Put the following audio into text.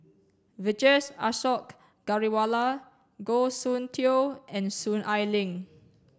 Vijesh Ashok Ghariwala Goh Soon Tioe and Soon Ai Ling